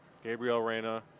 gabriel lareyna,